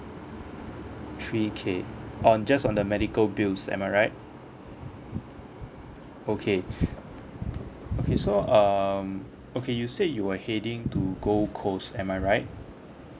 three K on just on the medical bills am I right okay okay so um okay you said you were heading to gold coast am I right